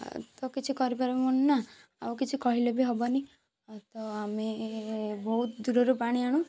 ତ କିଛି କରିପାରିବୁନି ନା ଆଉ କିଛି କହିଲେ ବି ହବନି ତ ଆମେ ବହୁତ ଦୂରରୁ ପାଣି ଆଣୁ